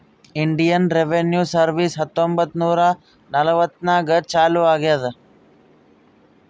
Indian revenue service ಹತ್ತೊಂಬತ್ತ್ ನೂರಾ ನಲ್ವತ್ನಾಕನಾಗ್ ಚಾಲೂ ಆಗ್ಯಾದ್